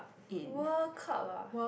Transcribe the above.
World Cup ah